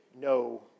no